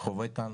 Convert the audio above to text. חווה כאן